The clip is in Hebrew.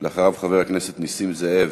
אחריו, חבר הכנסת נסים זאב